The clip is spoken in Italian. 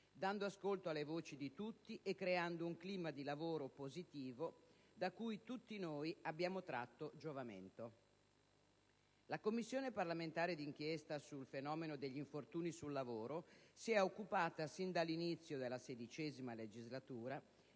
dando ascolto alle voci di tutti e creando un clima di lavoro positivo da cui tutti noi abbiamo tratto giovamento. La Commissione parlamentare d'inchiesta sul fenomeno degli infortuni sul lavoro si è occupata sin dall'inizio della XVI legislatura